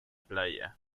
playa